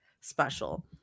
special